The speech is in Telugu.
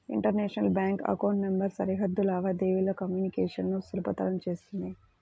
ఇంటర్నేషనల్ బ్యాంక్ అకౌంట్ నంబర్ సరిహద్దు లావాదేవీల కమ్యూనికేషన్ ను సులభతరం చేత్తుంది